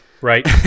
Right